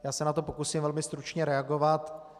Já se na to pokusím velmi stručně reagovat.